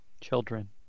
children